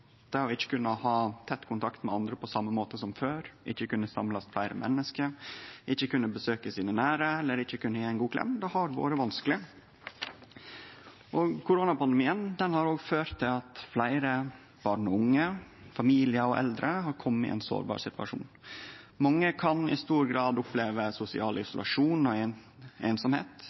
ikkje har kunna ha tett kontakt med andre på same måte som før, ikkje har kunna samle fleire menneske, ikkje har kunna besøkje våre nære eller ikkje kunna gje ein god klem. Det har vore vanskeleg. Koronapandemien har ført til at fleire barn og unge, familiar og eldre har kome i ein sårbar situasjon. Mange kan i stor grad oppleve sosial isolasjon og einsemd. I tillegg har det reduserte undervisningstilbodet våren 2020 medført ein